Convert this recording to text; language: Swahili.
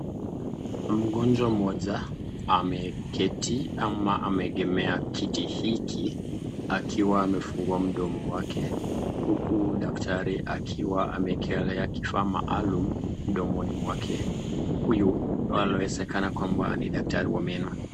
Mgonjwa moja ameketi ama ameegemea kiti hiki akiwa amefungua mdomo wake. Huku daktari akiwa ameekelea kifaa maalum mdomo wake, huyu anawezekana kwamba ni daktari wa meno.